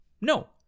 No